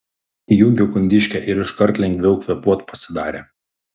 įjungiau kondiškę ir iškart lengviau kvėpuot pasidarė